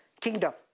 kingdom